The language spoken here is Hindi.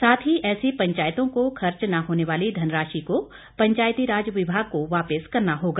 साथ ही ऐसी पंचायतों को खर्च न होने वाली धनराशि को पंचायतीराज विभाग को वापिस करना होगा